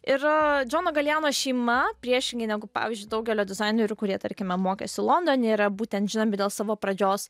ir džono galijano šeima priešingai negu pavyzdžiui daugelio dizainerių kurie tarkime mokėsi londone yra būtent žinomi dėl savo pradžios